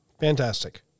Fantastic